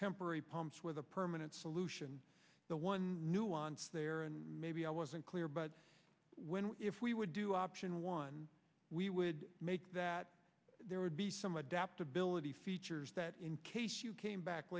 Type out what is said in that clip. temporary pumps with a permanent solution the one nuance there and maybe i wasn't clear but when if we would do option one we would make that there would be some adaptability features that in case you came back